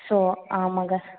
so ஆமாங்க